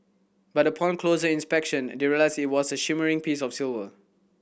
but upon closer inspection they realised it was a shimmering piece of silver